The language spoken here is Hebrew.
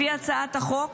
לפי הצעת החוק,